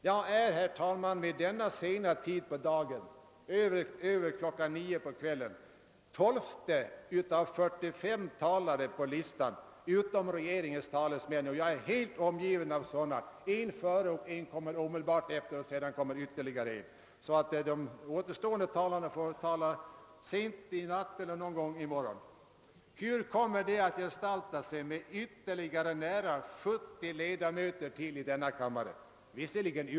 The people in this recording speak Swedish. Jag är, herr talman, vid denna sena tid på dagen — klockan är över nio på kvällen — den tolfte av 45 talare på listan utom regeringens talesmän. Jag är helt omgiven av sådana; en var före mig och en kommer omedelbart efter. Sedan kommer ytterligare en. De återstående talarna får därför tala sent i natt eller någon gång i morgon. Hur kommer det att gestalta sig med ytterligare nära 70 ledamöter i denna kammare?